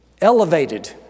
elevated